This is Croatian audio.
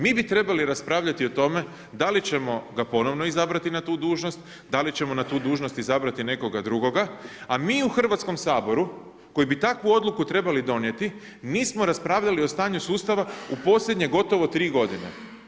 Mi bi trebali raspravljati o tome da li ćemo ga ponovno izabrati na tu dužnost, da li ćemo na tu dužnost izabrati nekoga drugoga, a mi u Hrvatskom saboru koji bi takvu odluku trebali donijeti nismo raspravljali o stanju sustava u posljednje gotovo 3 godine.